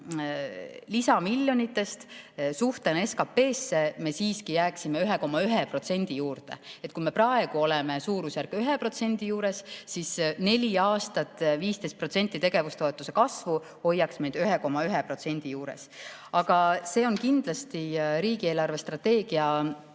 lisamiljonitest, suhtena SKP‑sse me siiski jääksime 1,1% juurde. Kui me praegu oleme suurusjärgus 1% juures, siis neli aastat 15% tegevustoetuse kasvu hoiaks meid 1,1% juures. Aga see on kindlasti riigi eelarvestrateegia